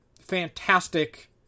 fantastic